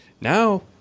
Now